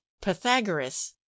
Pythagoras